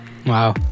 Wow